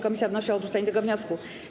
Komisja wnosi o odrzucenie tego wniosku.